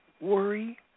worry